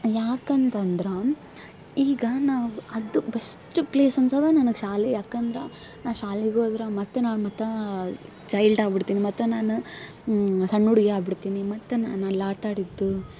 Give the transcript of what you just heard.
ಯಾಕಂತಂದ್ರೆ ಈಗ ನಾವು ಅದು ಬೆಸ್ಟ್ ಪ್ಲೇಸ್ ಅನ್ಸೋದು ನನಗೆ ಶಾಲೆ ಯಾಕಂದ್ರೆ ನಾನು ಶಾಲೆಗೆ ಹೋದ್ರೆ ಮತ್ತು ನಾನು ಮತ್ತು ಚೈಲ್ಡ್ ಆಗ್ಬಿಡ್ತೀನಿ ಮತ್ತು ನಾನು ಸಣ್ಣ ಹುಡ್ಗಿ ಆಗ್ಬಿಡ್ತೀನಿ ಮತ್ತು ನಾನು ಅಲ್ಲಿ ಆಟ ಆಡಿದ್ದು